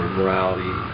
morality